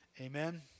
amen